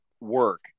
work